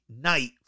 night